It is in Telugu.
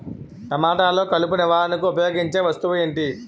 టమాటాలో కలుపు నివారణకు ఉపయోగించే వస్తువు ఏంటి?